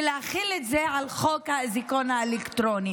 להחיל את זה על חוק האזיקון האלקטרוני.